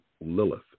Lilith